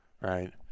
right